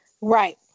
right